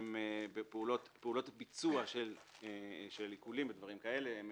שהם פעולות ביצוע של עיקולים ודברים כאלה, הם